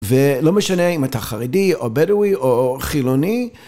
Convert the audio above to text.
ולא משנה אם אתה חרדי או בדואי או חילוני.